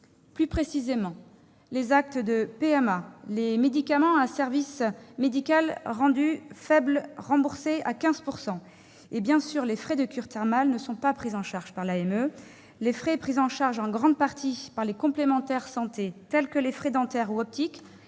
la CMU-C. Ainsi, les actes de PMA, les médicaments à service médical rendu faible, remboursés à 15 %, et, bien sûr, les frais de cures thermales ne sont pas pris en charge par l'AME. Les frais pris en charge en grande partie par les complémentaires santé, tels que les frais dentaires ou optiques,